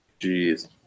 Jeez